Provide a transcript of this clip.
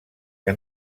que